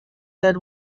said